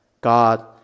God